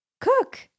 cook